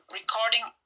recording